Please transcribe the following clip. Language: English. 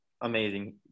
amazing